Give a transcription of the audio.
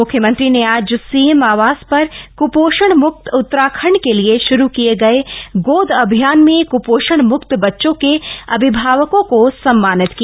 म्ख्यमंत्री ने आज सीएम आवास पर कृपोषण मुक्त उत्तराखण्ड के लिए शुरू किये गये गोद अभियान में कृपोषण मुक्त बच्चों के अभिभावकों को सम्मानित किया